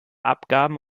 abgaben